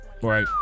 right